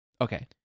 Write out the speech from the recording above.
Okay